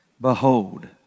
Behold